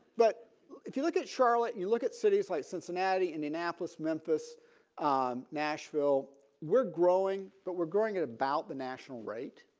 but if you look at charlotte you look at cities like cincinnati indianapolis memphis um nashville we're growing but we're growing at about the national rate.